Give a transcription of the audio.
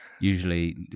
usually